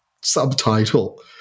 subtitle